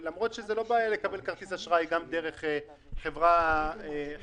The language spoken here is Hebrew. למרות שאין בעיה לקבל כרטיס אשראי גם דרך חברה חוץ-בנקאית,